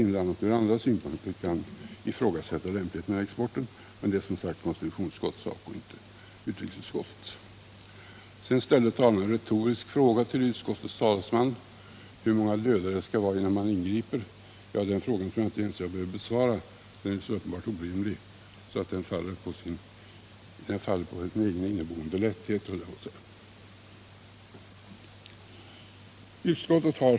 Man kanske från andra synpunkter kan ifrågasätta lämpligheten av denna export, men att göra det är som sagt konstitutionsutskottets sak och inte utrikesutskottets. Sedan ställde talaren en retorisk fråga till utskottets talesman. Han frågade hur många som skall dödas innan man ingriper. Den frågan tror jag att jag inte ens behöver besvara. Den är så uppenbart orimlig att den faller på sin egen inneboende lätthet.